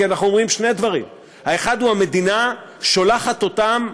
כי אנחנו אומרים שני דברים: האחד הוא: המדינה שולחת אותם,